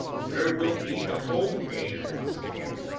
there will be the whole day lost to him.